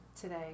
today